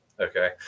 okay